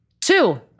Two